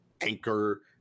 Anchor